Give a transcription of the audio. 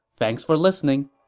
thanks for listening!